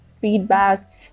feedback